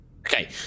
Okay